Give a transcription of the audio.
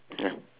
ya